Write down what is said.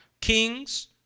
kings